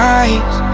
eyes